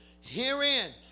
Herein